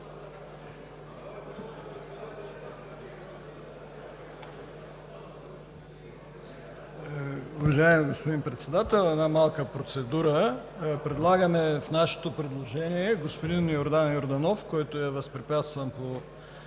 Уважаеми господин Председател, една малка процедура – предлагаме в нашето предложение вместо господин Йордан Йорданов, който е възпрепятстван по